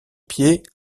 pieds